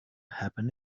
happen